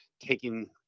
taking